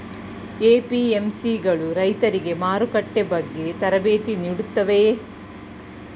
APMC ಗಳು ರೈತರಿಗೆ ಮಾರುಕಟ್ಟೆ ಬಗ್ಗೆ ತರಬೇತಿ ನೀಡುತ್ತವೆಯೇ?